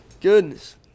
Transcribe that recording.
goodness